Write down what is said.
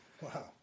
Wow